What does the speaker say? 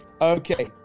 Okay